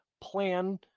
plan